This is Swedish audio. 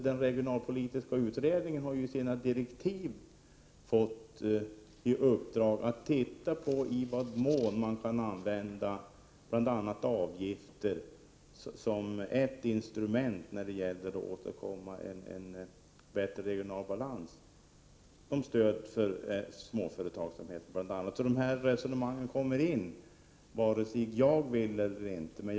Den regionalpolitiska utredningen har i sina direktiv fått i uppdrag att titta på i vad mån man kan använda bl.a. avgifter som ett instrument för att åstadkomma en bättre regional balans, bl.a. som stöd för småföretagsamhet. De här resonemangen kommer alltså in vare sig man vill det eller inte.